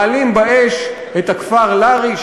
מעלים באש את הכפר לארי,